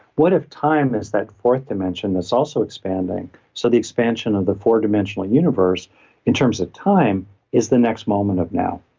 what if time is that fourth dimension that's also expanding? so the expansion of the four-dimensional universe in terms of time is the next moment of now,